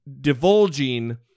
divulging